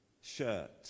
shirt